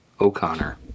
O'Connor